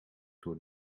door